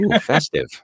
Festive